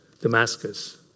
Damascus